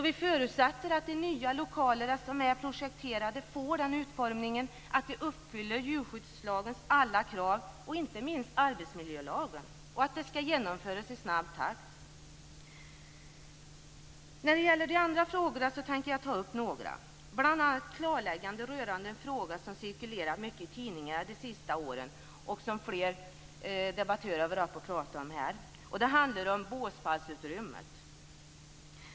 Vi förutsätter att de lokaler som är projekterade får den utformningen att de uppfyller djurskyddslagens alla krav. Det gäller också inte minst arbetsmiljölagen. Bygget skall genomföras i snabb takt. Jag tänker ta upp några av de andra frågorna. Det gäller bl.a. ett klarläggande rörande en fråga som har cirkulerat mycket i tidningarna de senaste åren, som fler debattörer har pratat om. Det handlar om båspallsutrymmet.